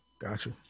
gotcha